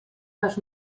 les